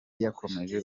yakomeje